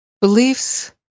beliefs